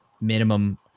minimum